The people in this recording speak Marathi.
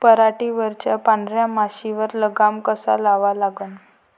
पराटीवरच्या पांढऱ्या माशीवर लगाम कसा लावा लागन?